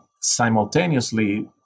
simultaneously